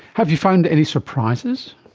have you found any surprises,